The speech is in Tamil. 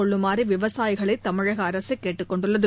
கொள்ளுமாறு விவசாயிகளை தமிழக அரசு கேட்டுக்கொண்டுள்ளது